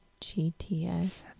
GTS